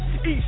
East